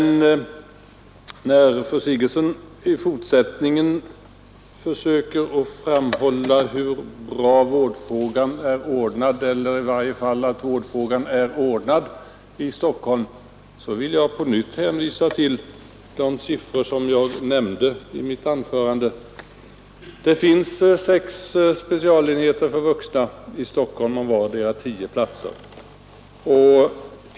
När fru Sigurdsen i fortsättningen försöker att framhålla hur bra vårdfrågan är ordnad i Stockholm eller i varje fall att den är ordnad, vill jag på nytt hänvisa till de siffror som jag nämnde i mitt anförande. Det finns sex specialenheter för vuxna i Stockholm om vardera tio platser.